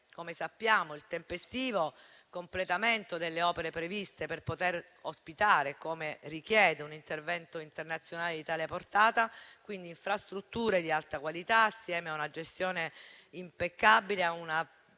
come sappiamo - il tempestivo completamento delle opere previste per poter ospitare, come richiede un intervento internazionale di tale portata, infrastrutture di alta qualità assieme a una gestione impeccabile e a una